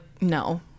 no